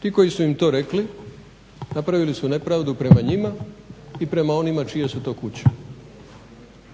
Ti koji su im to rekli napravili su nepravdu prema njima i prema onima čije su te kuće.